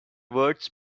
words